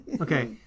Okay